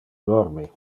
dormi